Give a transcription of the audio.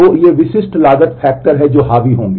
तो ये विशिष्ट लागत फैक्टर हैं जो हावी होंगे